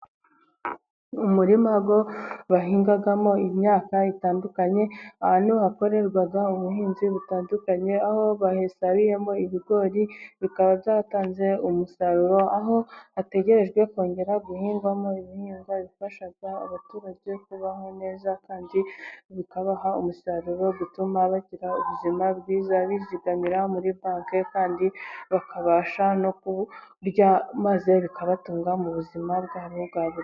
Umurima ngo bahingamo imyaka itandukanye, ahantu hakorerwa ubuhinzi butandukanye, aho basaruyemo ibigori bikaba byaratanze umusaruro aho hategerejwe kongera guhingwamo ibihinga bifasha abaturage kubaho neza, kandi bikaba umusaruro utuma bagira ubuzima bwiza bizigamira muri banki, kandi bakabasha no ku kurya, maze bikabatunga mu buzima bwabo bwa buri.